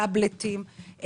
טאבלטים,